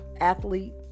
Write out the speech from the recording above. athlete